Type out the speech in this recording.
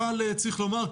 אבל צריך לומר,